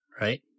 right